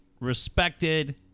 respected